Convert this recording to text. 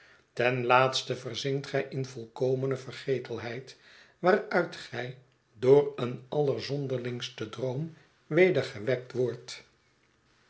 ten laatste verzinkt gij in volkomene vergetelheid waaruit gij door een allerzonderlingsten droom weder gewekt wordt